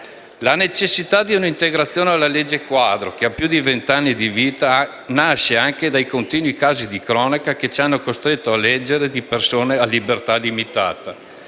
La necessità di una integrazione alla legge quadro, che ha più di venti anni di vita, nasce anche dai continui casi di cronaca che ci hanno costretto a leggere di persone a libertà limitata.